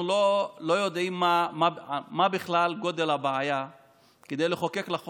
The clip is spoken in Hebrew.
אנחנו לא יודעים מה בכלל גודל הבעיה כדי לחוקק לה חוק.